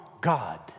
God